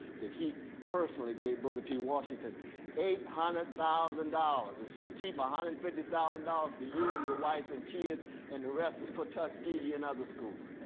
that he personally gave booker t. washington eight hundred thousand dollars and said, keep one hundred and fifty thousand dollars for you and your wife and kids and the rest is for tuskegee and other schools.